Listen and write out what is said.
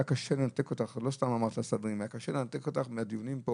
היה קשה לנתק אותך מן הדיונים.